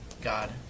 God